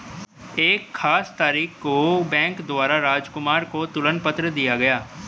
एक खास तारीख को बैंक द्वारा राजकुमार को तुलन पत्र दिया गया